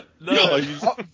No